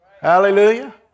Hallelujah